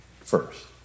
first